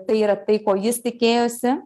tai yra tai ko jis tikėjosi